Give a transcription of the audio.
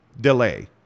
delay